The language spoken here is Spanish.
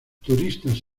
turistas